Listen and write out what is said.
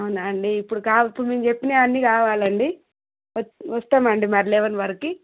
అవునా అండి ఇప్పుడు ఇప్పుడు మేము చెప్పినవన్నీ కావాలండి వస్తామండి మరి లెవన్ వరకు